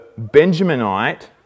Benjaminite